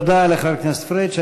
תודה לחבר הכנסת פריג'.